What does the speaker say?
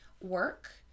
work